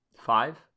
five